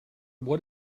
what